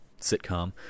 sitcom